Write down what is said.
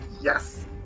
Yes